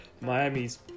Miami's